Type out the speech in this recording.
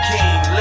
King